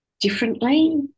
differently